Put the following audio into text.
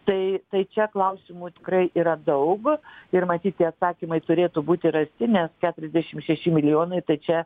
tai tai čia klausimų tikrai yra daug ir matyt tie atsakymai turėtų būti rasti net keturiasdešimt šeši milijonai tai čia